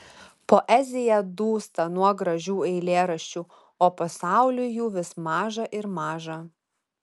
poezija dūsta nuo gražių eilėraščių o pasauliui jų vis maža ir maža